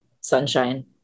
sunshine